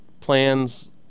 plans